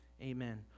amen